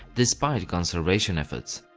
despite conservation efforts.